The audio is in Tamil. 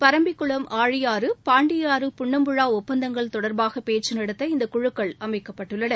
பரம்பிக்குளம் ஆழியாறு பாண்டியாறு புன்னம்பழா ஒப்பந்தங்கள் தொடர்பாக பேச்சு நடத்த இந்த குழுக்கள் அமைக்கப்பட்டுள்ளன